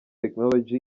technology